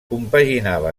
compaginava